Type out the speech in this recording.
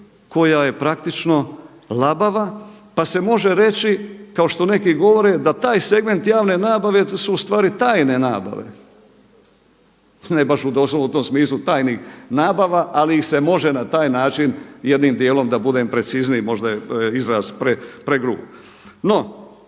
koja je praktično labava pa se može reći kao što neki govore da taj segment javne nabave su ustvari tajne nabave. Ne baš doslovno u tom smislu tajnih nabava ali ih se može na taj način jednim djelom da budem precizniji, možda je izraz pregrub.